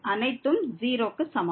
அனைத்தும் 0 க்கு சமம்